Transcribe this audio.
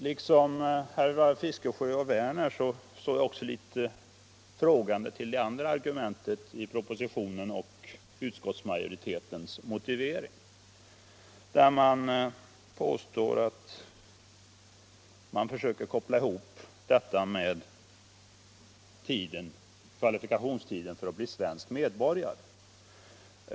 Liksom herrar Fiskesjö och Werner i Malmö står jag också litet frågande till det andra argumentet i propositionen och majoritetens motivering, där man påstår att man försöker koppla ihop tiden för en sådan här gräns med kvalifikationstiden för att bli svensk medborgare.